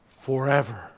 forever